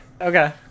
Okay